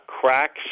cracks